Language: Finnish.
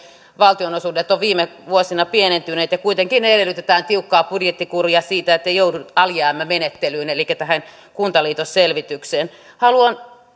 valtionosuudet ovat viime vuosina pienentyneet ja kuitenkin edellytetään tiukkaa budjettikuria siitä ettei joudu alijäämämenettelyyn elikkä tähän kuntaliitosselvitykseen haluan